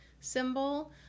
symbol